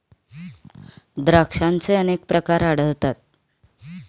द्राक्षांचे अनेक प्रकार आढळतात